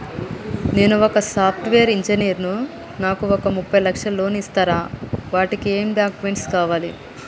నేను ఒక software engineer నాకు ఒక ముప్పై లక్షల లోన్ ఇస్తరా? వాటికి ఏం డాక్యుమెంట్స్ కావాలి?